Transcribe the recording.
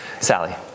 Sally